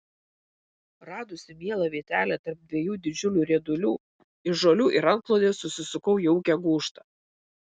radusi mielą vietelę tarp dviejų didžiulių riedulių iš žolių ir antklodės susisukau jaukią gūžtą